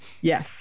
yes